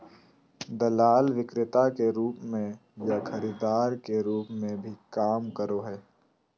दलाल विक्रेता के रूप में या खरीदार के रूप में भी काम करो हइ